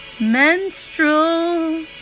Menstrual